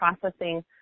processing